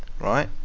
right